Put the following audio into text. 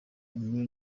inkuru